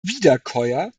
wiederkäuer